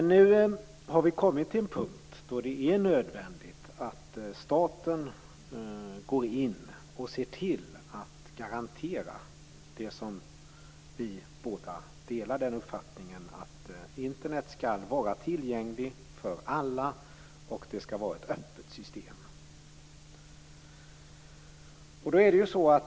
Nu har vi emellertid kommit till en punkt då det är nödvändigt att staten går in och ser till att det kan garanteras - vi båda har ju den uppfattningen - att Internet är tillgängligt för alla. Dessutom skall det vara ett öppet system.